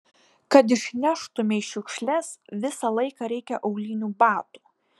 kad išneštumei šiukšles visą laiką reikia aulinių batų